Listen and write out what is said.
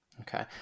Okay